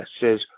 says